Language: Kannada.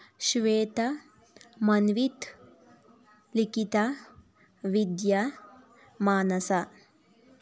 ಶ್ವೇತಾ ಮನ್ವಿತ್ ಲಿಖಿತಾ ವಿದ್ಯಾ ಮಾನಸಾ